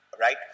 right